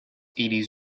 eighties